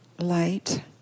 light